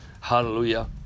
Hallelujah